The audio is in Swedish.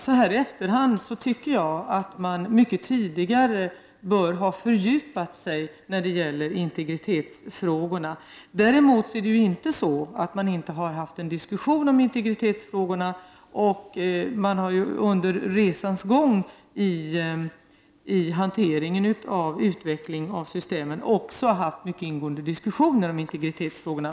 Nu i efterhand anser jag att man mycket tidigare borde ha fördjupat sig i integritetsfrågorna. Man har dock haft en diskussion om dessa frågor. Under resans gång vid hanteringen av utveckling av systemen har man också haft mycket ingående diskussioner om integritetsfrågorna.